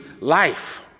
life